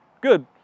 Good